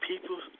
People